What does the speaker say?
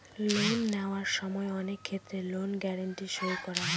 loan নেওয়ার সময় অনেক ক্ষেত্রে লোন গ্যারান্টি সই করা হয়